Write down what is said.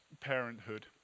parenthood